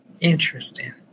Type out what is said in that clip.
Interesting